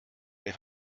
der